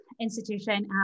institution